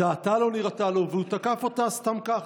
דעתה לא נראתה לו, והוא תקף אותה סתם ככה.